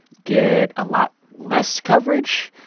get a lot less coverage,